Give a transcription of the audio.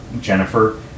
Jennifer